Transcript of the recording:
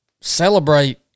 celebrate